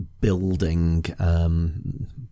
building